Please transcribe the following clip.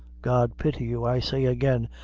god pity you, i say again,